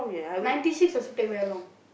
ninety six also take very long